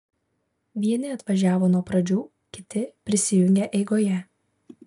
vieni atvažiavo nuo pradžių kiti prisijungė eigoje